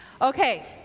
Okay